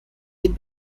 den